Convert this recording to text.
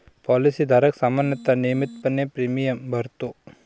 policy धारक सामान्यतः नियमितपणे प्रीमियम भरतो